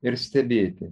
ir stebėti